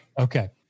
Okay